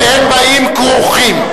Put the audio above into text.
הם באים כרוכים.